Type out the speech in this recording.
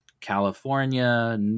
California